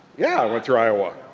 yeah i went through iowa.